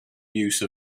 use